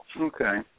Okay